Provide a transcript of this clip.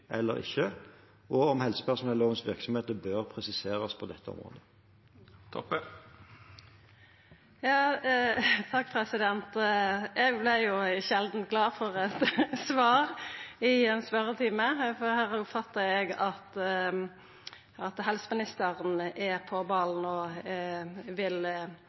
eller ikke, og om helsepersonellovens virkeområde bør presiseres på dette området. Eg vart sjeldant glad for eit svar i ein spørjetime, for her oppfattar eg at helseministeren er på ballen og